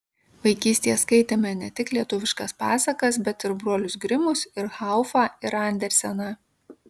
vaikystėje skaitėme ne tik lietuviškas pasakas bet ir brolius grimus ir haufą ir anderseną